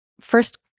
first